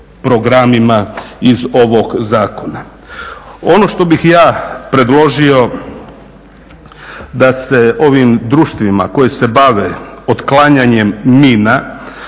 programima iz ovog Zakona. Ono što bih ja predložio da se ovim društvima koji se bave otklanjanja mina